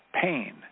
pain